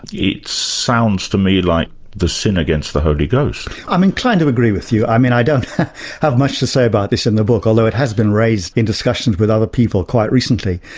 sounds to me like the sin against the holy ghost. i'm inclined to agree with you. i mean i don't have much to say about this in the book, although it has been raised in discussions with other people quite recently.